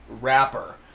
wrapper